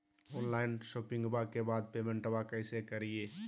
Online शोपिंग्बा के बाद पेमेंटबा कैसे करीय?